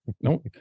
no